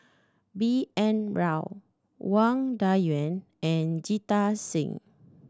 B N Rao Wang Dayuan and Jita Singh